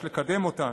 יש לקדם אותן.